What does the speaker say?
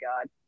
God